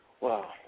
Wow